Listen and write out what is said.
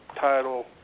title